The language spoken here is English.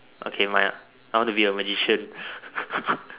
okay mine ah I want to be a magician